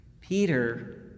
Peter